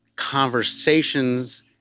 conversations